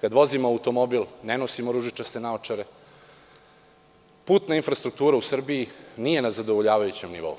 kad vozimo automobil ne nosimo ružičaste naočare, putna infrastruktura u Srbiji nije na zadovoljavajućem nivou.